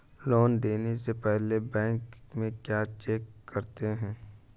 Loan देने से पहले बैंक में क्या चेक करते हैं?